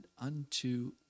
unto